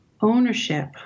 ownership